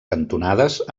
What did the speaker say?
cantonades